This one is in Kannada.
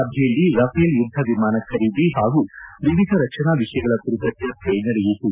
ಸಭೆಯಲ್ಲಿ ರಫೆಲ್ ಯುದ್ದ ವಿಮಾನ ಖರೀದಿ ಹಾಗೂ ವಿವಿಧ ರಕ್ಷಣಾ ವಿಷಯಗಳ ಕುರಿತ ಚರ್ಚೆ ನಡೆಯಿತು